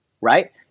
right